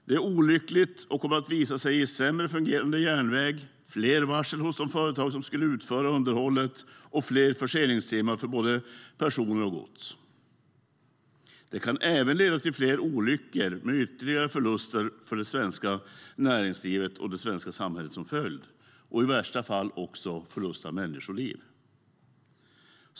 Det är olyckligt och kommer att visa sig i en sämre fungerande järnväg, fler varsel hos de företag som skulle utföra underhållet och fler förseningstimmar för både personer och gods. Det kan även leda till fler olyckor med ytterligare förluster för det svenska näringslivet och det svenska samhället som följd och i värsta fall till förlust av människoliv.